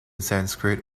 sanskrit